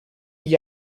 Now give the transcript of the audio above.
gli